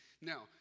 Now